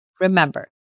Remember